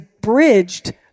bridged